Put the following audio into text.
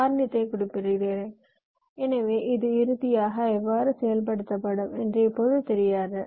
காரணத்தை குறிப்பிடுகிறேன் எனவே இது இறுதியாக எவ்வாறு செயல்படுத்தப்படும் என்று இப்போது தெரியாது